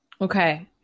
Okay